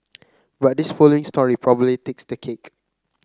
but this following story probably takes the cake